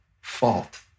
fault